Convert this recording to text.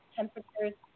temperatures